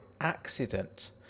accident